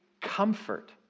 comfort